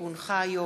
כי הונחה היום,